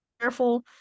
careful